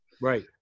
right